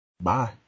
Bye